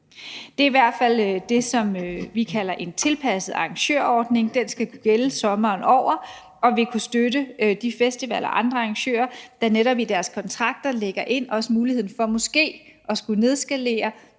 Det er i hvert fald det, som vi kalder en tilpasset arrangørordning. Den skal kunne gælde sommeren over og vil kunne støtte de festivaler og andre arrangører, der netop i deres kontrakter også ligger muligheden for måske at skulle nedskalere